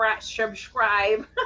subscribe